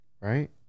Right